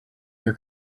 your